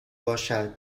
باشد